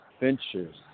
ventures